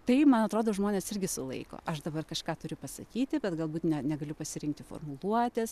tai man atrodo žmones irgi sulaiko aš dabar kažką turiu pasakyti bet galbūt ne negaliu pasirinkti formuluotės